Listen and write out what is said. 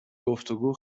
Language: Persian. گفتگو